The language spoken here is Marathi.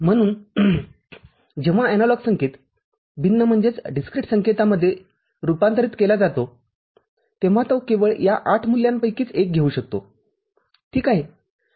म्हणून जेव्हा एनालॉग संकेत भिन्न संकेतामध्ये रूपांतरित केला जातो तेव्हा तो केवळ या ८ मूल्यांपैकीच एक घेऊ शकतो ठीक आहे